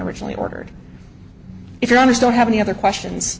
originally ordered it i don't have any other questions